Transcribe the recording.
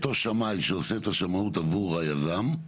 אותו שמאי שעושה את השמאות עבור היזם.